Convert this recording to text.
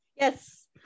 yes